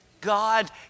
God